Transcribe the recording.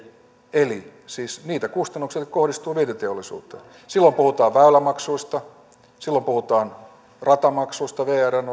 eli siis niitä kustannuksia jotka kohdistuvat vientiteollisuuteen silloin puhutaan väylämaksuista silloin puhutaan ratamaksuista vrn